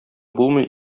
булмый